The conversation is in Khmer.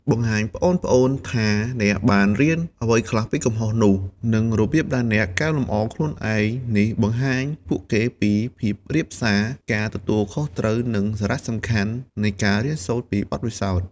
បង្ហាញប្អូនៗថាអ្នកបាន រៀនអ្វីខ្លះពីកំហុស នោះ និងរបៀបដែលអ្នកកែលម្អខ្លួនឯងនេះបង្រៀនពួកគេពីភាពរាបសារ ការទទួលខុសត្រូវ និងសារៈសំខាន់នៃការរៀនសូត្រពីបទពិសោធន៍ ។